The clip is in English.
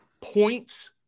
points